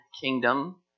kingdom